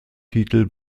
titel